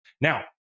Now